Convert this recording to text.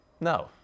No